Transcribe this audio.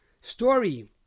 story